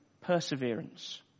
perseverance